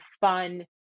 fun